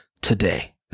today